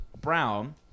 brown